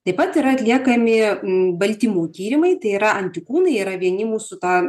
taip pat yra atliekami baltymų tyrimai tai yra antikūnai yra vieni mūsų ta